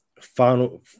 final